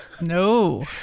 No